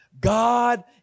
God